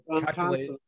calculate